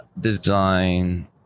design